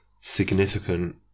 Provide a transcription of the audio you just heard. significant